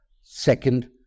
second